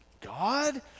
God